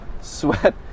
sweat